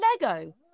Lego